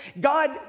God